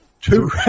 Two